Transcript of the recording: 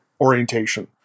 orientation